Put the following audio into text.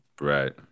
Right